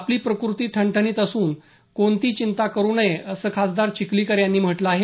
आपली प्रकृती ठणठणीत असून कोणती चिंता करू नये असं खासदार चिखलीकर यांनी म्हटलं आहे